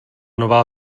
nová